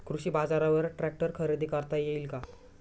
कृषी बाजारवर ट्रॅक्टर खरेदी करता येईल का?